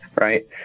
right